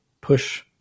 push